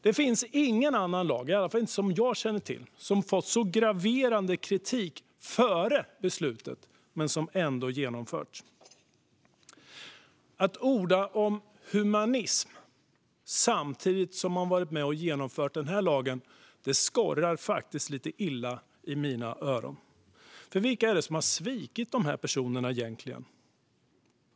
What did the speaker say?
Det finns ingen annan lag, i alla fall ingen som jag känner till, som har fått så graverande kritik före beslutet men som ändå införts. Att orda om humanism samtidigt som man varit med och genomfört denna lag skorrar faktiskt lite illa i mina öron. Vilka är det egentligen som har svikit dessa personer?